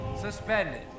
suspended